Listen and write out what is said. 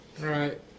right